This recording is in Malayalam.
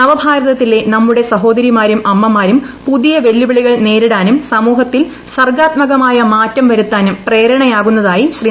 നവഭാരതത്തിലെ നമ്മുടെ സഹോദരിമാരും അമ്മിട്ടിരും പുതിയ വെല്ലുവിളികൾ നേരിടാനും സമൂഹത്തിൽ സർഗാത്മകമായ മാറ്റം വരുത്താനും പ്രേരണയാ കുന്നതായി ശ്രീ